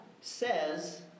says